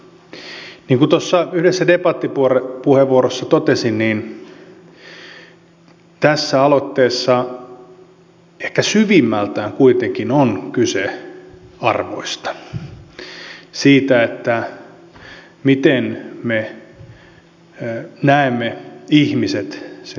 niin kuin tuossa yhdessä debattipuheenvuorossa totesin tässä aloitteessa ehkä syvimmältään kuitenkin on kyse arvoista siitä miten me näemme ihmiset työn takana